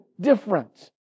different